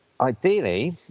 ideally